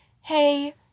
hey